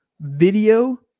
video